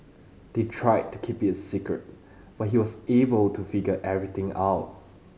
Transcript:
they tried to keep it a secret but he was able to figure everything out